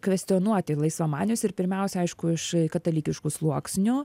kvestionuoti laisvamanius ir pirmiausia aišku iš katalikiškų sluoksnių